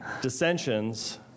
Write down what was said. dissensions